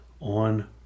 on